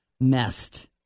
messed